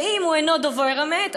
ואם הוא אינו דובר אמת,